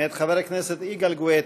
מאת חבר הכנסת יגאל גואטה.